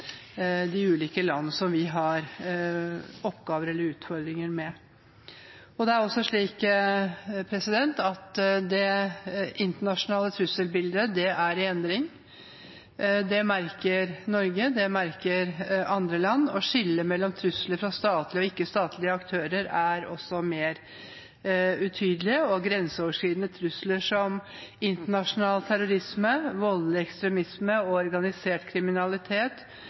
de ulike land som vi har oppgaver eller utfordringer med. Det internasjonale trusselbildet er i endring. Det merker Norge, og det merker andre land. Skillet mellom trusler fra statlige og ikke-statlige aktører er mer utydelig, og grenseoverskridende trusler som internasjonal terrorisme, voldelig ekstremisme og organisert kriminalitet